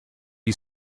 you